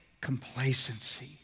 complacency